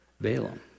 Balaam